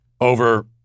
over